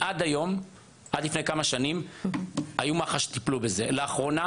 עד לפני כמה שנים מח"ש טיפלו בזה, אבל לאחרונה